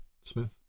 smith